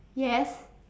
yes